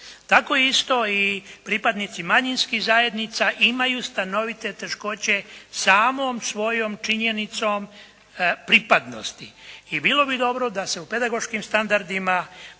Tako isto i pripadnici manjinskih zajednica imaju stanovite teškoće samom svojom činjenicom pripadnosti. I bilo bi dobro da se u pedagoškim standardima